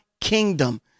kingdom